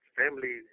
family